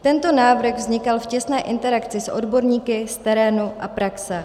Tento návrh vznikal v těsné interakci s odborníky z terénu a praxe.